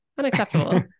unacceptable